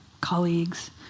colleagues